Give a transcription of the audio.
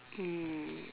um